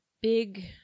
big